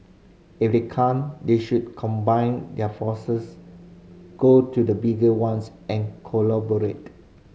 if they can't they should combine their forces go to the bigger ones and collaborate